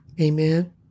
Amen